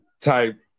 type